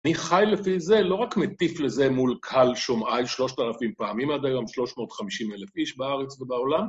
אני חי לפי זה, לא רק מטיף לזה מול קהל שומעי 3,000 פעמים, עד היום 350,000 איש בארץ ובעולם.